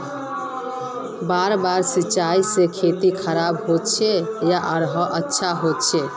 बार बार सिंचाई से खेत खराब होचे या आरोहो अच्छा होचए?